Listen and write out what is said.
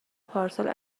پارسال